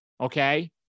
Okay